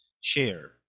share